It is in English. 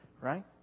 right